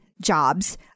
jobs